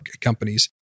companies